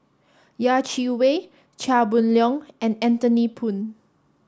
Yeh Chi Wei Chia Boon Leong and Anthony Poon